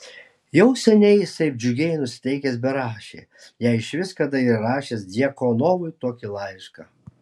jau seniai jis taip džiugiai nusiteikęs berašė jei išvis kada yra rašęs djakonovui tokį laišką